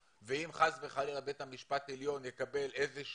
ואם חס וחלילה בית המשפט העליון יקבל איזושהי